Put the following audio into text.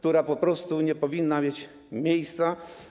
To po prostu nie powinno mieć miejsca.